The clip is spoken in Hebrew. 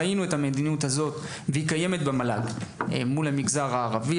ראינו את המדיניות הזו מתבצעת יפה מצד המל"ג כלפי המגזר הערבי,